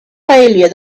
failure